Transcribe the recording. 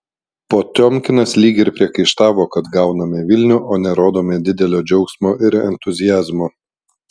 potiomkinas lyg ir priekaištavo kad gauname vilnių o nerodome didelio džiaugsmo ir entuziazmo